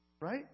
Right